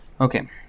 Okay